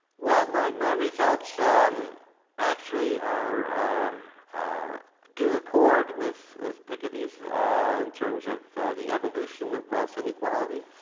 well my results actually are are do accord with with picca-dees in terms of the evolution of wealth and equality.